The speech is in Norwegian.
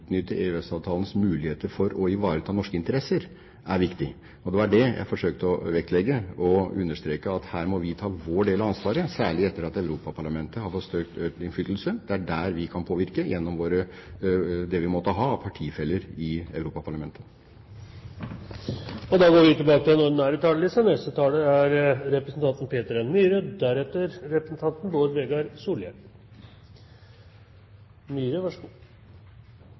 muligheter for å ivareta norske interesser, er viktig. Det var det jeg forsøkte å vektlegge og understreke. Her må vi ta vår del av ansvaret, særlig etter at Europaparlamentet har fått økt innflytelse. Det er der vi kan påvirke, gjennom det vi måtte ha av partifeller i Europaparlamentet. Replikkordskiftet er omme. La meg først få takke utenriksministeren for en grundig og